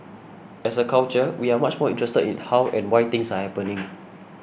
as a culture we are much more interested in how and why things are happening